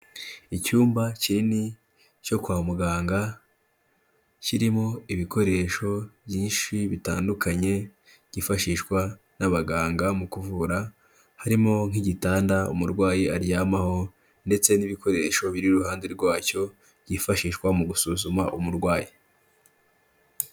Icyumba kinini cyo kwa muganga, kirimo ibikoresho byinshi bitandukanye byifashishwa n'abaganga mu kuvura, harimo nk'igitanda umurwayi aryamaho, ndetse n'ibikoresho biri iruhande rwacyo byifashishwa mu gusuzuma umurwayi.